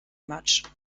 much